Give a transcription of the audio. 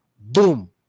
Boom